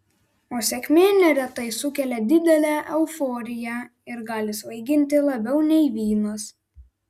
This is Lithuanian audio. o sėkmė neretai sukelia didelę euforiją ir gali svaiginti labiau nei vynas